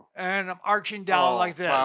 and i'm arching down like yeah